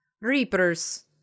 Reapers